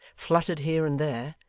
fluttered here and there,